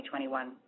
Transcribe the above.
2021